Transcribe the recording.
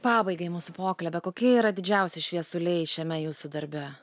pabaigai mūsų pokalbio kokie yra didžiausi šviesuliai šiame jūsų darbe